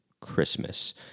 Christmas